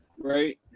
right